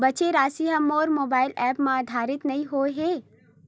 बचे राशि हा मोर मोबाइल ऐप मा आद्यतित नै होए हे